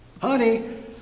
honey